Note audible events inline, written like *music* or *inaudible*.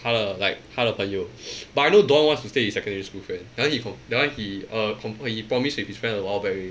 他的 like 他的朋友 *noise* but I know don wants to stay with secondary school friend then one he con~ that one he uh con~ uh he promise with his friend a while back already